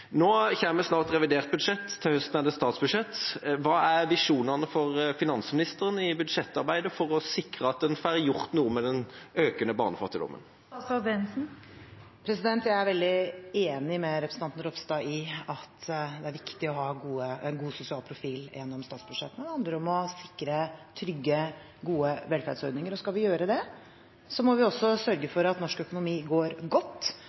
Nå kommer snart revidert budsjett. Til høsten er det statsbudsjett. Hva er finansministerens visjoner for budsjettarbeidet for å sikre at en får gjort noe med den økende barnefattigdommen? Jeg er veldig enig med representanten Ropstad i at det er viktig å ha en god sosial profil gjennom statsbudsjettene, og det handler om å sikre trygge, gode velferdsordninger. Skal vi gjøre det, må vi også sørge for at norsk økonomi går godt,